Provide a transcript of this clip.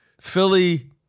Philly